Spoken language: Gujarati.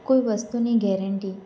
કોઈ વસ્તુની ગેરેન્ટી